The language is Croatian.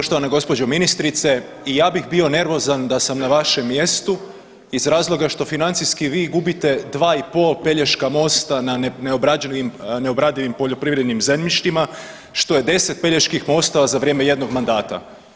Poštovana gospođo ministrice i ja bih bio nervozan da sam na vašem mjestu iz razloga što financijski vi gubite 2 i pol Pelješkog mosta na neobrađenim, neobradivim poljoprivrednim zemljištima što je 10 Peljeških mostova za vrijeme jednog mandata.